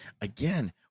again